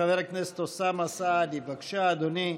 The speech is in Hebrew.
חבר הכנסת אוסמה סעדי, בבקשה, אדוני,